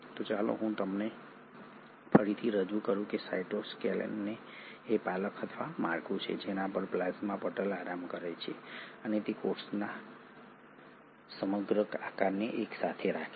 તો ચાલો હું તેને ફરીથી રજૂ કરું સાઇટોસ્કેલેટન એ પાલખ અથવા માળખું છે જેના પર પ્લાઝ્મા પટલ આરામ કરે છે અને તે કોષના સમગ્ર આકારને એક સાથે રાખે છે